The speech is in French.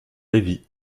lévy